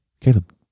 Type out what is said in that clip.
Caleb